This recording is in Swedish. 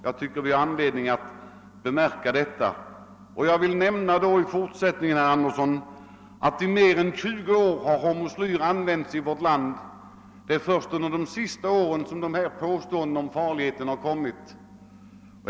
Jag vill vidare säga till herr Andersson att hormoslyr har använts i vårt land i mer än tjugo år men att det först är under de senaste åren som det har påståtts att ämnet skulle vara farligt.